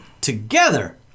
Together